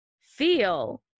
feel